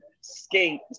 Skate